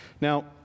Now